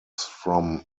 from